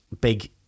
big